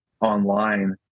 online